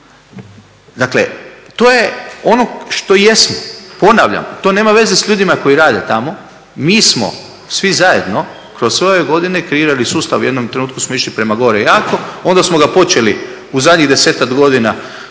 Dakle, to je ono što jesmo. Ponavljam, to nema veze s ljudima koji rade tamo. Mi smo svi zajedno kroz sve ove godine kreirali sustav, u jednom trenutku smo išli prema gore jako a onda smo ga počeli u zadnjih desetak godina